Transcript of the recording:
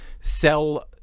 sell